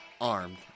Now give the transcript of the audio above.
armed